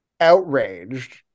outraged